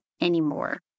anymore